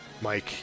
Mike